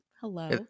hello